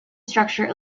structure